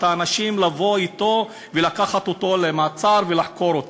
האנשים לבוא ולקחת אותו למעצר ולחקור אותו.